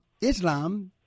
Islam